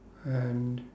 and